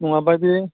नङाब्ला बे